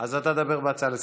אז אתה תדבר בהצעה לסדר-היום.